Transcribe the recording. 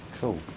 Cool